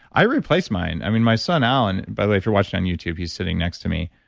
i replaced mine. i mean, my son alan, by the way, if you're watching on youtube, he's sitting next to me.